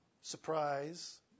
surprise